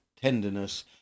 tenderness